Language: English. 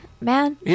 man